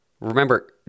remember